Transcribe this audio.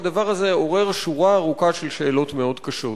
והדבר הזה עורר שורה ארוכה של שאלות מאוד קשות.